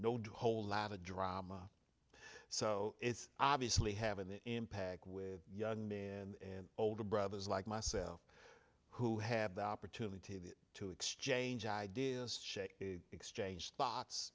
a whole lot of drama so it's obviously have an impact with young men in older brothers like myself who have the opportunity to exchange ideas share exchange thoughts